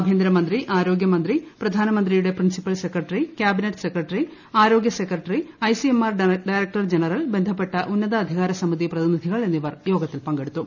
ആഭ്യന്തരമന്ത്രി ആരോഗ്യമന്ത്രി പ്രധാന്റ്മന്ത്രിയുടെ പ്രിൻസിപ്പൽ സെക്രട്ടറി കാബിനറ്റ് സെക്രട്ടറി ആരോഗ്യ സെക്രട്ടറി ഐസിഎംആർ ഡയറക്ടർ ജനറൽ ബന്ധപ്പെട്ട ഉന്നതാധികാരസമിതി പ്രതിനിധികൾ എന്നിവർ യോഗത്തിൽ പങ്കെടുത്തു